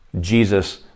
Jesus